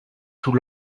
sous